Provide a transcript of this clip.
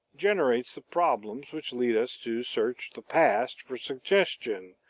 generates the problems which lead us to search the past for suggestion,